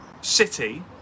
city